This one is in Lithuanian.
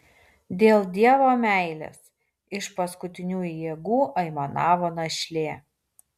dėl dievo meilės iš paskutinių jėgų aimanavo našlė